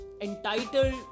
entitled